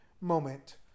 moment